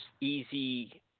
easy